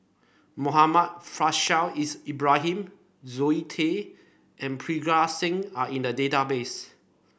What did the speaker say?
Muhammad Faishal is Ibrahim Zoe Tay and Parga Singh are in the database